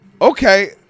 Okay